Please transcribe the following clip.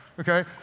Okay